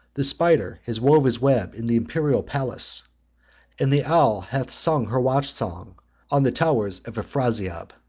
the spider has wove his web in the imperial palace and the owl hath sung her watch-song on the towers of afrasiab.